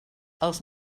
els